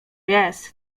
jest